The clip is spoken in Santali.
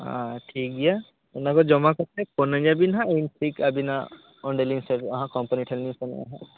ᱟᱸ ᱴᱷᱤᱠᱜᱮᱭᱟ ᱚᱱᱟᱫᱚ ᱡᱚᱢᱟ ᱠᱟᱛᱮ ᱯᱷᱳᱱᱟ ᱧᱟ ᱵᱤᱱ ᱦᱟᱸᱜ ᱤᱧ ᱴᱷᱤᱠ ᱟ ᱵᱤᱱᱟᱜ ᱚᱸᱰᱮᱞᱤᱧ ᱥᱮᱴᱮᱨᱚᱜ ᱟ ᱦᱟᱸᱜ ᱠᱚᱢᱯᱟᱱᱤ ᱴᱷᱮᱱ ᱞᱤᱧ ᱥᱮᱱᱚᱜ ᱟ ᱦᱟᱸᱜ